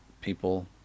people